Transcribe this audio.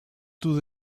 two